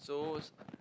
so